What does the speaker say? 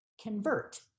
convert